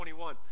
21